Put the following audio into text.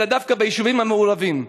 אלא דווקא ביישובים המעורבים.